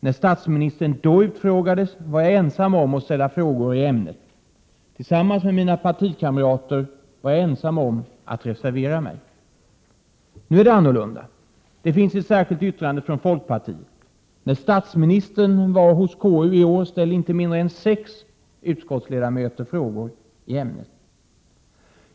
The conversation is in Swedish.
När statsministern då utfrågades var jag ensam om att ställa frågor i ämnet. Jag och mina partikamrater var ensamma om att reservera Oss. Nu är det annorlunda. Det finns ett särskilt yttrande från folkpartiet. När statsministern var hos KU i år ställde inte mindre än sex utskottsledamöter frågor i ämnet.